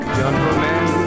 gentlemen